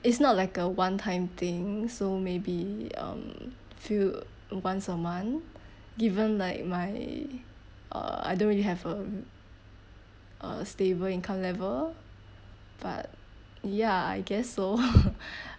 it's not like a one time thing so maybe um few once a month given like my uh I don't really have a uh stable income level but ya I guess so